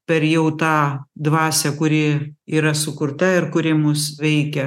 per jau tą dvasią kuri yra sukurta ir kuri mus veikia